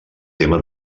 tema